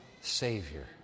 Savior